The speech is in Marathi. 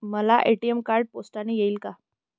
मला ए.टी.एम कार्ड पोस्टाने येईल का?